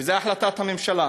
וזו החלטת הממשלה.